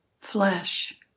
flesh